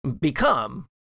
become